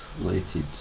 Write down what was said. related